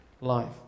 life